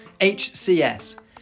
HCS